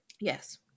Yes